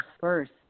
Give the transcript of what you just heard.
first